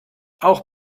auch